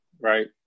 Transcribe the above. right